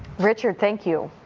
richard, thank you.